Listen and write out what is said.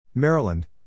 Maryland